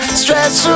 stress